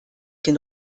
den